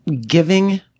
giving